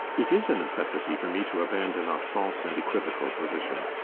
it is a necessity for me to abandon a false and equivocal position.